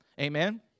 Amen